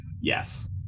Yes